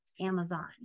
Amazon